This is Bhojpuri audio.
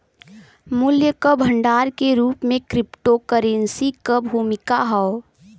मूल्य क भंडार के रूप में क्रिप्टोकरेंसी क भूमिका हौ